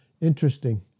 Interesting